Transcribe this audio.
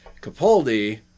Capaldi